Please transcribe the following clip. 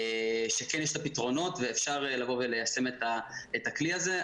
שכן יש פתרונות ואפשר ליישם את הכלי הזה.